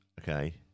okay